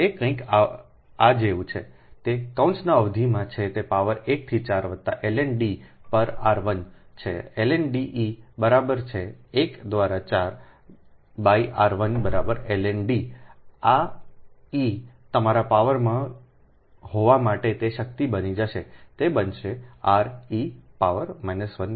તે કંઇક આ જેવું છે તે કૌંસની અવધિમાં છે તે પાવર 1 થી 4 વત્તા ln D પર r 1 છે ln d e બરાબર છે 1 દ્વારા 4 બાય r 1 બરાબર LN D આ ઇ તમારા પાવરમાં હોવા માટે તે શક્તિ બની જશે તે બનશે r e પાવર 1 થી 4